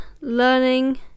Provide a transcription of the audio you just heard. learning